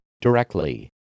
directly